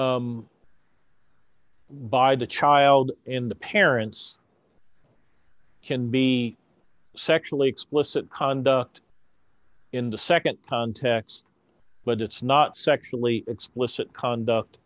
why the child in the parents can be sexually explicit conduct in the nd context but it's not sexually explicit conduct